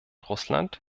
russland